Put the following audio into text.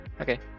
Okay